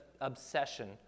obsession